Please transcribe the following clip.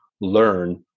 learn